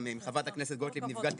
נפגשתי גם עם חברת הכנסת גוטליב בזמנו,